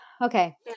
Okay